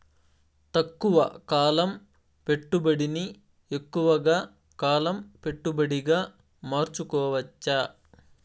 తక్కువ కాలం పెట్టుబడిని ఎక్కువగా కాలం పెట్టుబడిగా మార్చుకోవచ్చా?